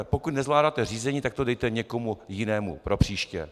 Pokud nezvládáte řízení, tak to dejte někomu jinému, propříště.